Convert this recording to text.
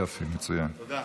יופי, מצוין.